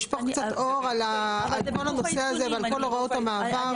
ישפוך קצת אור על כל הנושא הזה ועל כל הוראות המעבר.